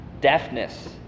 deafness